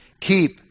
keep